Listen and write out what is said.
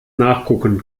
nachgucken